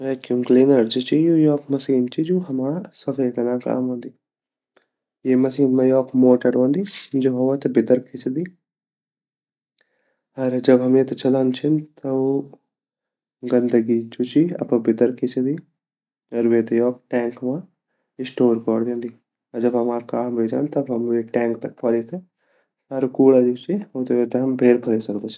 Vacuum cleaner जु ची उ योक मशीन ची जु हमा सफ़े कना काम औंदी ये मशीन मा योक मोटर रैंदी जु हवा ते बितर खीचदी अर जब हम येते चलौंदा छिन ता उ गन्दगी अपरा भीतर खेचदी अर वेते योक टैंक मा स्टोर कोर दयान्दी अर जब हमा काम वे जांदू तब हम वे टैंक ते ख्वोली ते अर कूड़ा जु ची वेते हम भैर फरे सकदा छिन।